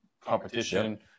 competition